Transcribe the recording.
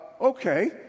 okay